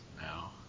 now